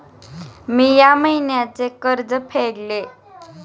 मी या महिन्याचे कर्ज फेडले